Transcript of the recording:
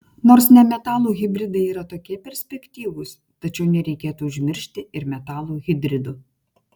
nors nemetalų hidridai yra tokie perspektyvūs tačiau nereikėtų užmiršti ir metalų hidridų